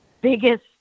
biggest